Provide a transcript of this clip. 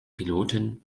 piloten